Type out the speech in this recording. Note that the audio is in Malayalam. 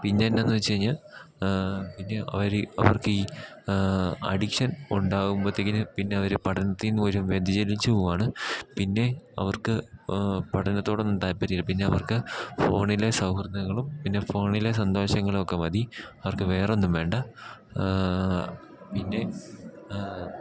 പിന്നെ എന്താണെന്ന് വച്ചു കഴിഞ്ഞാൽ പിന്നെ അവർ അവർക്ക് ഈ അഡിക്ഷൻ ഉണ്ടാകുമ്പോഴത്തേക്ക് പിന്നെ അവർ പഠനത്തിൽ നിന്ന് വ്യതിചലിച്ചു പോവുകയാണ് പിന്നെ അവർക്ക് പഠനത്തോടൊന്നും താൽപര്യമില്ല പിന്നെ അവർക്ക് ഫോണിലെ സൗഹൃദങ്ങളും പിന്നെ ഫോണിലെ സന്തോഷങ്ങളും ഒക്കെ മതി അവർക്ക് വേറൊന്നും വേണ്ട പിന്നെ